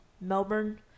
Melbourne